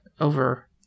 over